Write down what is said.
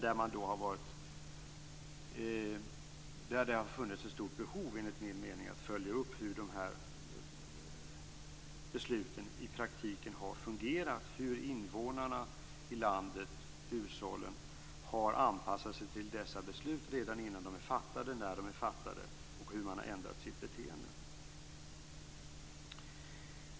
Där har det, enligt min mening, funnits ett stort behov av att följa upp hur de här besluten har fungerat i praktiken och hur invånarna i landet och hushållen har anpassat sig till dessa beslut redan innan de är fattade och när de är fattade och hur man har ändrat sitt beteende.